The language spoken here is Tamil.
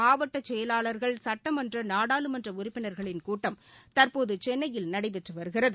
மாவட்டசெயலாளர்கள் சட்டமன்றநாடாளுமன்றஉறுப்பினா்களின் கூட்டம் திமுக வின் தற்போதுசென்னையில் நடைபெற்றுவருகிறது